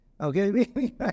Okay